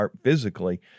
physically